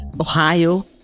Ohio